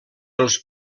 els